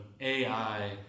AI